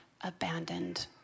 abandoned